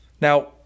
Now